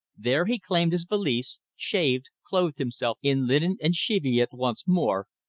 there he reclaimed his valise, shaved, clothed himself in linen and cheviot once more,